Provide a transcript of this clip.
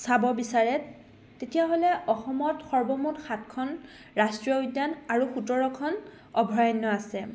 চাব বিচাৰে তেতিয়াহ'লে অসমত সৰ্বমুঠ সাতখন ৰাষ্ট্ৰীয় উদ্যান আৰু সোতৰখন অভয়াৰণ্য আছে